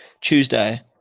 Tuesday